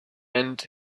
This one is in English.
and